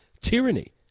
tyranny